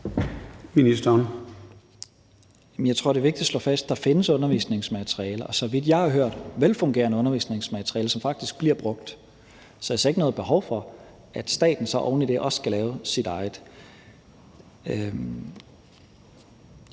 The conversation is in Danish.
Jeg tror, det er vigtigt at slå fast, at der findes undervisningsmateriale om det og, så vidt jeg har hørt, velfungerende undervisningsmateriale, som faktisk bliver brugt. Så jeg ser ikke noget behov for, at staten så oven i det også skal lave sit eget.